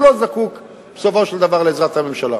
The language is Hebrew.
הוא לא זקוק בסופו של דבר לעזרת הממשלה,